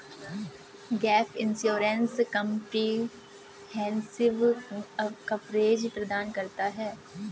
gap insurance comprehensive coverage प्रदान करता है